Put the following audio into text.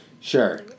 Sure